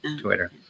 Twitter